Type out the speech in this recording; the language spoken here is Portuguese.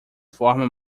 forma